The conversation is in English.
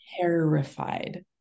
Terrified